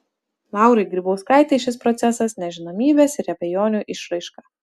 laurai grybkauskaitei šis procesas nežinomybės ir abejonių išraiška